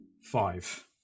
Five